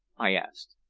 i asked.